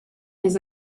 his